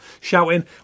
shouting